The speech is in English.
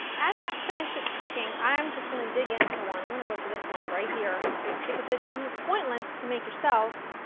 as that finishes cooking, i'm just going to dig into one. i'm going to go for this one right here because it's pointless to make yourself,